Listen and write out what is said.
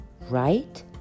right